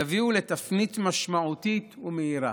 יביאו לתפנית משמעותית ומהירה.